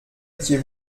étiez